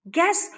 Guess